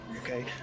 okay